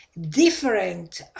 different